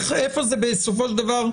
איפה זה בסופו של דבר ייסגר,